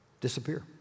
disappear